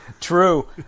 True